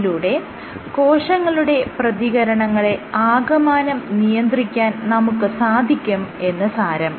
ഇതിലൂടെ കോശങ്ങളുടെ പ്രതികരണങ്ങളെ ആകമാനം നിയന്ത്രിക്കാൻ നമുക്ക് സാധിക്കും എന്ന് സാരം